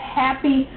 happy